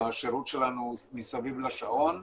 השירות שלנו הוא מסביב לשעון.